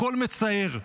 הכול מצער,